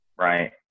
Right